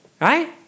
Right